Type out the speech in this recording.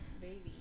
Baby